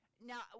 Now